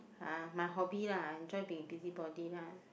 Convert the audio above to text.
!huh! my hobby lah I enjoy being busy body lah